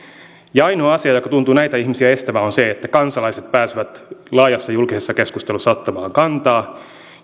ainoa asia joka tuntuu näitä ihmisiä estävän on se että kansalaiset pääsevät laajassa julkisessa keskustelussa ottamaan kantaa